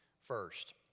First